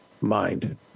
mind